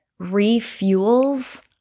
refuels